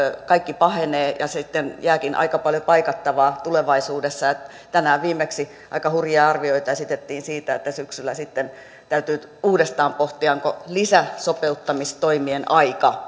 kaikki pahenee ja sitten jääkin aika paljon paikattavaa tulevaisuudessa tänään viimeksi aika hurjia arvioita esitettiin siitä että syksyllä sitten täytyy uudestaan pohtia onko lisäsopeuttamistoimien aika